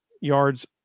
yards